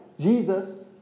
Jesus